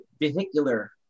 vehicular